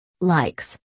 Likes